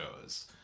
shows